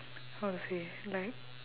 how to say like